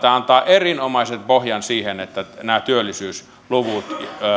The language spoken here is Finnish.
tämä antaa erinomaisen pohjan sille että nämä työllisyysluvut